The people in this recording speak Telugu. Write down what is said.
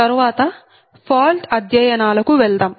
తర్వాత ఫాల్ట్ అధ్యయనాల కు వెళ్దాం